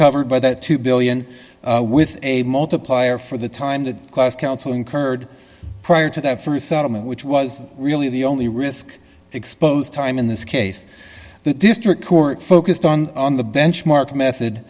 covered by that two billion with a multiplier for the time the class council incurred prior to that st settlement which was really the only risk exposed time in this case the district court focused on the benchmark method